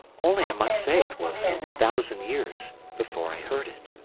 only i must say it was some thousand years before i heard it.